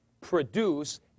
produce